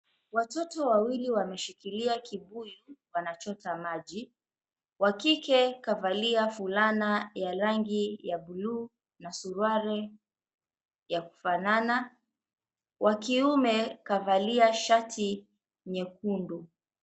Watoto wawili wameshikilia kiburi wanachota maji wa kike kavalia fulana ya rangi ya bluu na suruali ya kufanana wa kiume kavalia shati nyekundu.